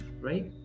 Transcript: right